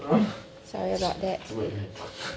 wait what